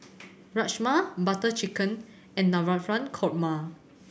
Rajma Butter Chicken and Navratan Korma